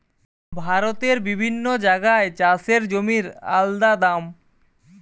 ভারতের বিভিন্ন জাগায় চাষের জমির আলদা দাম